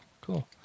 cool